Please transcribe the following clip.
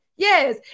Yes